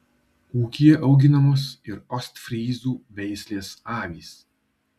ūkyje auginamos ir ostfryzų veislės avys